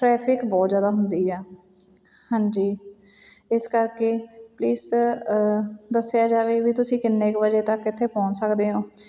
traffic ਬਹੁਤ ਜ਼ਿਆਦਾ ਹੁੰਦੀ ਆ ਹਾਂਜੀ ਇਸ ਕਰਕੇ ਪਲੀਸ ਦੱਸਿਆ ਜਾਵੇ ਵੀ ਤੁਸੀਂ ਕਿੰਨੇ ਕੁ ਵਜੇ ਤੱਕ ਇੱਥੇ ਪਹੁੰਚ ਸਕਦੇ ਹੋ